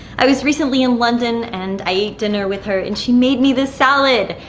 i was recently in london and i ate dinner with her, and she made me this salad.